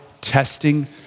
testing